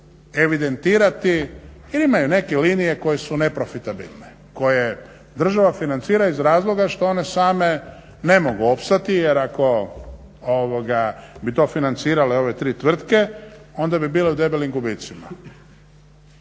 evidentirati jel imaju neke linije koje su neprofitabilne, koje država financira iz razloga što one same ne mogu opstati jer ako bi to financirale ove tri tvrtke onda bi bile u debelim gubicima.